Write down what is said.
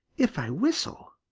if i whistle,